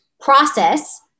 process